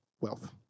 wealth